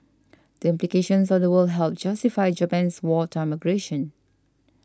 the implications of the word helped justify Japan's wartime aggression